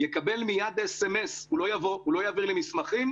יקבל מיד מסרון - הוא לא יביא לי מסמכים